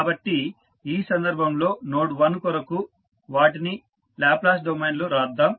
కాబట్టి ఆ సందర్భంలో నోడ్ 1 కొరకు వాటిని లాప్లేస్ డొమైన్లో వ్రాద్దాం